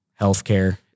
healthcare